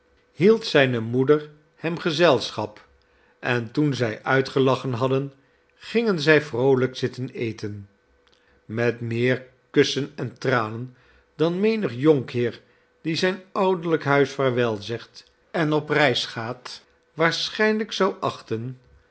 hield zijne moeder hem gezelschap en toen zij uitgelachen hadden gingen zij vroolijk zitten eten met meer kussen en tranen dan menig jonkheer die zijn ouderlijk huis vaarwel zegtenop reis gaat waarschijnlijk zou achten